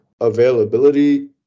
availability